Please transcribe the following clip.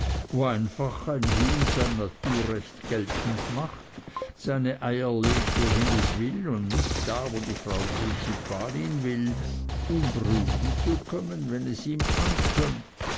wo einfach ein huhn sein naturrecht geltend macht seine eier legt wohin es will und nicht wo die frau prinzipalin will um brüten zu können wenn es ihm ankömmt